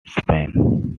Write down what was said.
spain